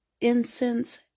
incense